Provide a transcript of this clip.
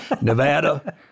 Nevada